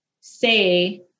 say